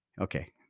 okay